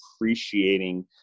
appreciating